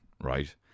right